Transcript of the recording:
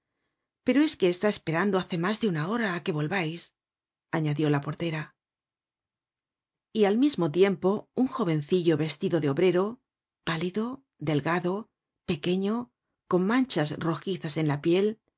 pero es que está esperando hace mas de una hora á que volvais añadió la portera y al mismo tiempo un jovencillo vestido de obrero pálido delgado pequeño con manchas rojizas en la piel